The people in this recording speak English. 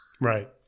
Right